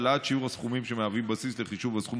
העלאת שיעור הסכומים שמהווים בסיס לחישוב הסכום